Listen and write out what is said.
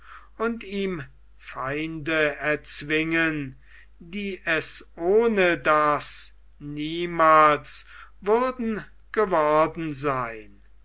und ihm feinde erzwingen die es ohne das niemals würden geworden sein